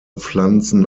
pflanzen